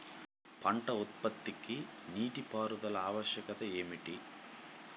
పంట ఉత్పత్తికి నీటిపారుదల ఆవశ్యకత ఏమిటీ?